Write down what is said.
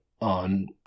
on